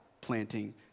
planting